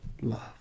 love